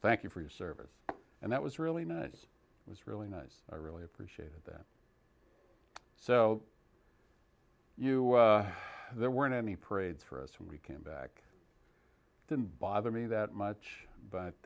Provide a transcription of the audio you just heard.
thank you for your service and that was really nice was really nice i really appreciated that so you there weren't any parades for us when we came back didn't bother me that much but